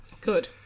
Good